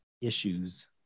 issues